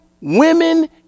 women